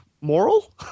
moral